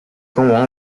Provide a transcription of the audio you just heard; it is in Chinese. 提供